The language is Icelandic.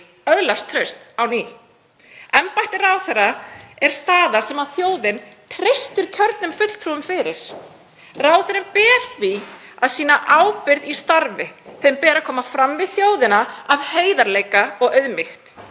öðlast traust á ný. Embætti ráðherra er staða sem þjóðin treystir kjörnum fulltrúum fyrir. Ráðherrum ber því að sýna ábyrgð í starfi. Þeim ber að koma fram við þjóðina af heiðarleika og auðmýkt.